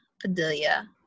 Padilla